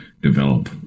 develop